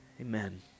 Amen